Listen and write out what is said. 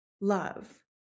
love